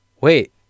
wait